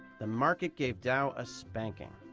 the market gave dow a spanking.